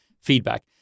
feedback